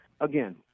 again